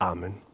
Amen